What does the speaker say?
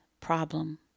problem